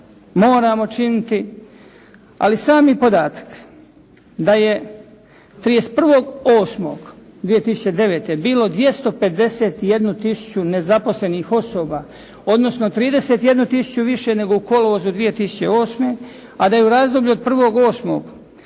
moramo činiti, ali sami podatak da je 31.8.2009. bilo 251 tisuću nezaposlenih osoba odnosno 31 tisuću više nego u kolovozu 2008., a da je u razdoblju od 1.8.